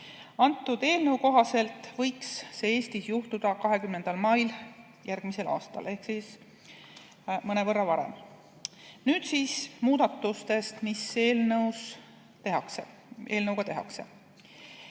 maiks. Eelnõu kohaselt võiks see Eestis juhtuda 20. mail järgmisel aastal ehk siis mõnevõrra varem. Nüüd siis muudatustest, mis eelnõu kohaselt